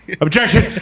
Objection